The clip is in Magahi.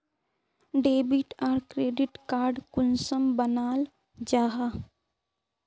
डेबिट आर क्रेडिट कार्ड कुंसम बनाल जाहा?